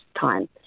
time